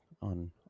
on